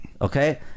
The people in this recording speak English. okay